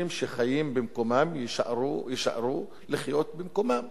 שחיים במקומם יישארו לחיות במקומם,